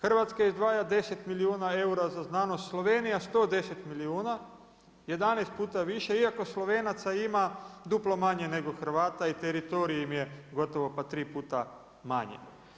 Hrvatska izdvaja 10 milijuna eura za znanost, Slovenija 110 milijuna, 11 puta više iako Slovenaca ima duplo manje nego Hrvata i teritorij im je gotovo pa tri puta manji.